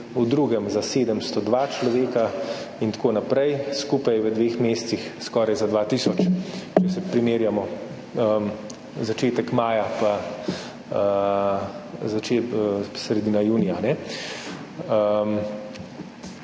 v drugem za 702 človeka in tako naprej, skupaj v dveh mesecih skoraj za 2 tisoč, če se primerjamo začetek maja pa do sredine junija.